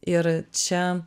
ir čia